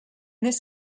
this